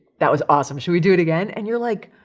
that was awesome. should we do it again? and you're like,